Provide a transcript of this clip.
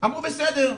אמרו בסדר,